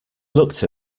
looked